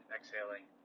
Exhaling